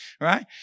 right